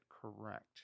correct